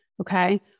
Okay